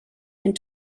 and